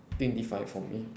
twenty five for me